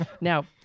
Now